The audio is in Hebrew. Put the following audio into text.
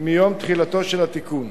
מיום תחילתו של התיקון.